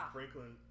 Franklin